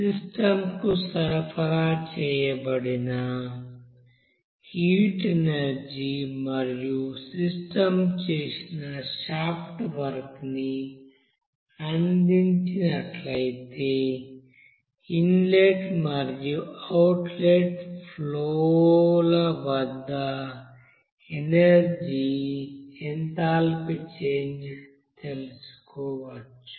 system కు సరఫరా చేయబడిన హీట్ ఎనర్జీ మరియు సిస్టం చేసిన షాఫ్ట్ వర్క్ ని అందించినట్లయితే ఇన్లెట్ మరియు అవుట్లెట్ ఫ్లో ల వద్ద ఎనర్జీ ఎంథాల్పీ చేంజ్ తెలుసుకోవచ్చు